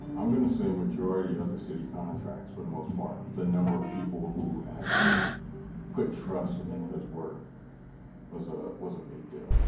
i'm going to say a majority of the city contracts, for the most part. the number of people who actually put trust in his work was ah was a big deal.